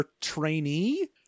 trainee